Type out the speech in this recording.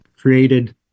created